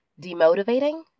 demotivating